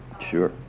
Sure